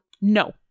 No